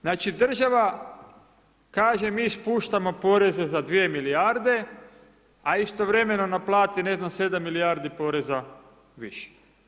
Znači, država kaže mi spuštamo poreze za dvije milijarde, a istovremeno naplati, ne znam, 7 milijardi poreza više.